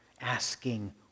asking